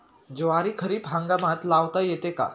ज्वारी खरीप हंगामात लावता येते का?